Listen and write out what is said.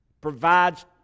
Provides